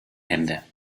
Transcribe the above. hände